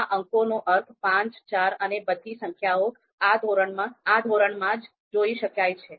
આ અંકોનો અર્થ ૫ ૪ અને બધી સંખ્યાઓ આ ધોરણમાં જ જોઇ શકાય છે